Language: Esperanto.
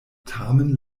tamen